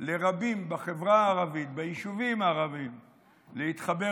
לרבים בחברה הערבית ביישובים הערביים להתחבר